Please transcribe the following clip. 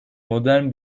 modern